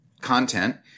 content